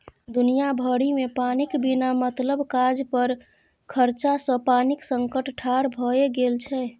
दुनिया भरिमे पानिक बिना मतलब काज पर खरचा सँ पानिक संकट ठाढ़ भए गेल छै